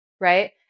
Right